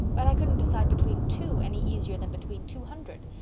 but i couldn't decide between two any easier than between two hundred.